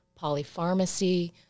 polypharmacy